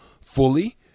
fully